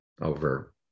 over